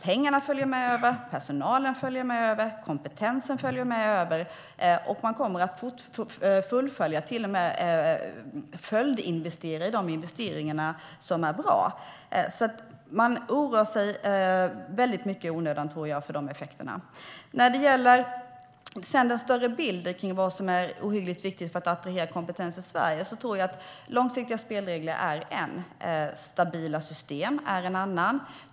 Pengarna, personalen och kompetensen följer med över. Man kommer att fullfölja de investeringar som är bra och till och med följdinvestera. Det finns väldigt mycket onödig oro över de effekterna, tror jag. När det gäller den större bilden av vad som är ohyggligt viktigt för att attrahera kompetens i Sverige tror jag att långsiktiga spelregler är en sak. Stabila system är en annan.